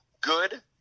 good